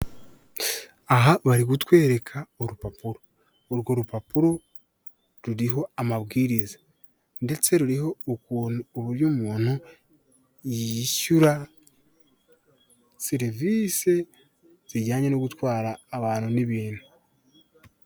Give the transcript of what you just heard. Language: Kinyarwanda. Aha bari kutwereka urupapuro, urwo rupapuro ruriho amabwiriza ndetse ruriho ukuntu uburyo umuntu yishyura serivise zijyanye no gutwara abantu n'ibintu.